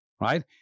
right